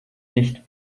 nicht